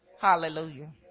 Hallelujah